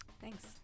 Thanks